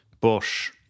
Bush